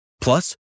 Plus